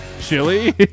Chili